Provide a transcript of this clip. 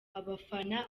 abafana